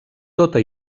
tota